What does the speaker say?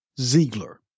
Ziegler